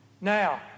Now